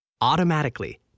automatically